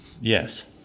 yes